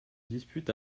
dispute